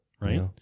right